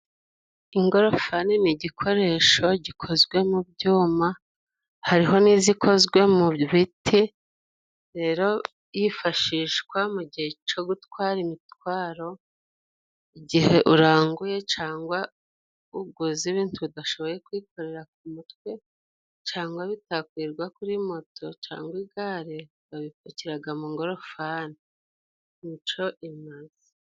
ingorofani ni igikoresho gikozwe mu byuma hariho n'izikozwe mu biti rero yifashishwa mu gihe cyo gutwara imitwaro igihe uranguye cangwa uguze ibitu udashoboye kwikorera ku mutwe cangwa bitakwirwa kuri moto cangwa igare babipakiraga mu ngofaani nico imaze.